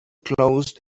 closed